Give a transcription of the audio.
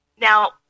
Now